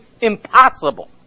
impossible